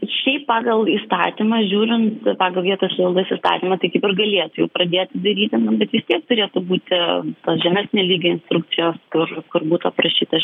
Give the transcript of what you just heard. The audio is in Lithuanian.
šiaip pagal įstatymą žiūrint pagal vietos savivaldos įstatymą tai kaip ir galėtų jau pradėti daryti nu bet vis tiek turėtų būti tos žemesnio lygio instrukcijos kur kur būtų aprašytas